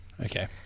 Okay